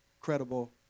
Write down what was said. credible